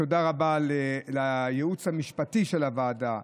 תודה רבה לייעוץ המשפטי של הוועדה,